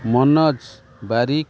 Manoj Barik